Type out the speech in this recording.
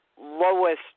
lowest